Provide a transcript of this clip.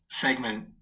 segment